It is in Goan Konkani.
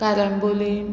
कारांबोलीम